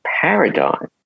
paradigm